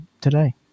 today